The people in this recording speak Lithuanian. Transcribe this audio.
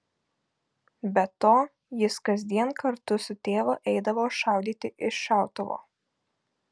be to jis kasdien kartu su tėvu eidavo šaudyti iš šautuvo